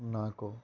నాకు